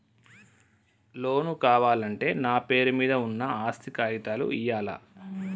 Loan కావాలంటే నా పేరు మీద ఉన్న ఆస్తి కాగితాలు ఇయ్యాలా?